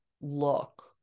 look